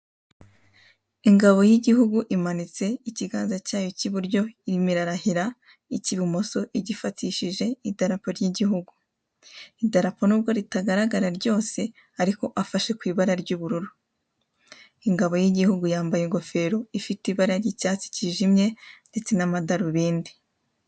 Ingabo y'Igihugu impanitse ikiganza cyayo kiburyo irimo irarahira ikibumoso igifatishije idarapo ry'igihugu, idarapo n'ubwo ritagaragara ryose ariko afashe kw'ibara ry'ubururu, ingabo y'ihugu yambaye ingofero ifite ibara ry'icyatsi kijimye ndetse n'amadarubindi.